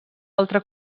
altre